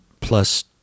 plus